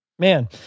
Man